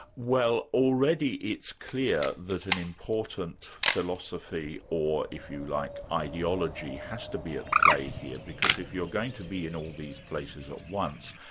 well, already it's clear that an important philosophy or, if you like, ideology, has to be at play here, because if you're going to be in all these places at once,